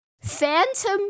phantom